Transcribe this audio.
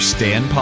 Stan